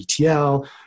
ETL